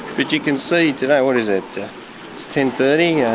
but you can see today, what is it, it's ten. thirty,